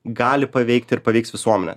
gali paveikti ir paveiks visuomenę